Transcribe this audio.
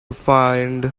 find